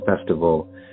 festival